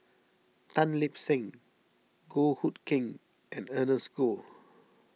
Tan Lip Seng Goh Hood Keng and Ernest Goh